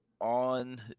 on